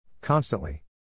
Constantly